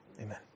Amen